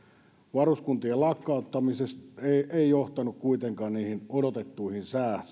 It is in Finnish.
varuskuntien lakkauttaminen ei johtanut kuitenkaan niihin odotettuihin